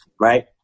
right